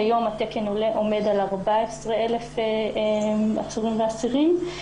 כיום התקן עומד על 14,000 אסירים ועצורים.